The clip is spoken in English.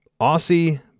Aussie